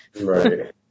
Right